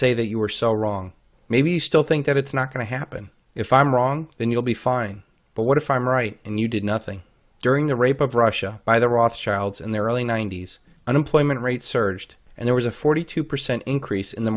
say that you were so wrong maybe still think that it's not going to happen if i'm wrong then you'll be fine but what if i'm right and you did nothing during the rape of russia by the rothschilds in their early nineties unemployment rate surged and there was a forty two percent increase in the